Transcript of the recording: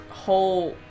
whole